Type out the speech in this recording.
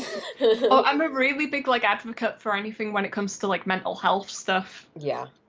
ah i'm a really big like advocate for anything when it comes to like mental health stuff. yeah,